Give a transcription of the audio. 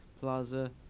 plaza